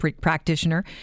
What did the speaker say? practitioner